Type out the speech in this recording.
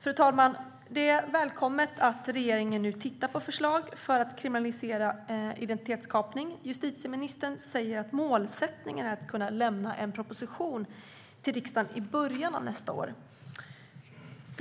Fru talman! Det är välkommet att regeringen nu tittar på förslag för att kriminalisera identitetskapning. Justitieministern säger dock att målsättningen är att kunna lämna en proposition till riksdagen i början av nästa år.